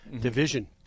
Division